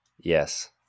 Yes